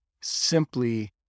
simply